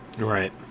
Right